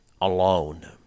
alone